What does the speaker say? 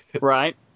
Right